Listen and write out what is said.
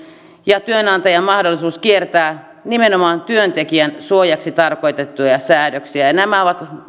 ja työnantajan mahdollisuus kiertää nimenomaan työntekijän suojaksi tarkoitettuja säädöksiä ja nämä ovat